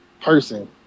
person